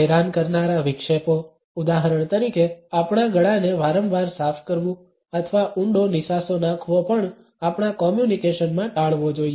હેરાન કરનારા વિક્ષેપો ઉદાહરણ તરીકે આપણા ગળાને વારંવાર સાફ કરવું અથવા ઊંડો નિસાસો નાખવો પણ આપણા કોમ્યુનિકેશનમાં ટાળવો જોઈએ